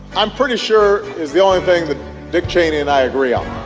i'm pretty sure is the only thing that dick cheney and i agree on.